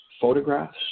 photographs